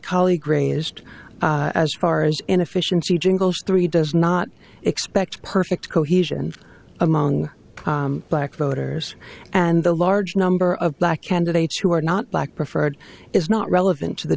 colleague raised as far as inefficiency jingles three does not expect perfect cohesion among black voters and the large number of black candidates who are not black preferred is not relevant to the